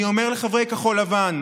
אני אומר לחברי כחול לבן: